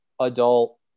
adult